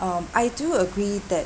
um I do agree that